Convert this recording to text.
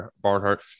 Barnhart